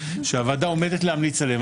שהוועדה עומדת להמליץ עליהם.